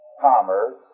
commerce